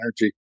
energy